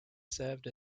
served